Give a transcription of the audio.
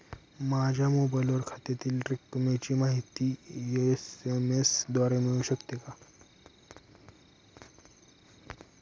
माझ्या मोबाईलवर खात्यातील रकमेची माहिती एस.एम.एस द्वारे मिळू शकते का?